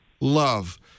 love